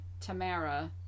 tamara